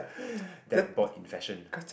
that board in fashion